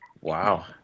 wow